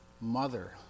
mother